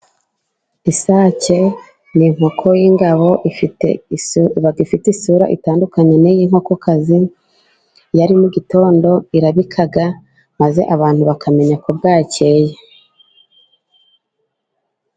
Isake ni inkoko y'ingabo, iba ifite isura itandukanye n'iyi nkokokazi, iyo ari mu gitondo irabika maze abantu bakamenya ko bwakeye.